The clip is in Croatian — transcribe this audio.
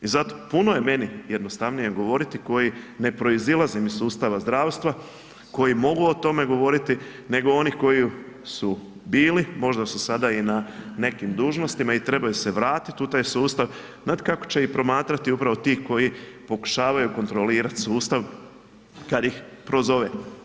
I zato, puno je meni jednostavnije govoriti koji ne proizilazim iz sustava zdravstva, koji mogu o tome govoriti, nego oni koji su bili, možda su sada i na nekim dužnostima i trebaju se vratiti u taj sustav, znate kako će ih promatrati upravo ti koji pokušavaju kontrolirati sustav kad ih prozove.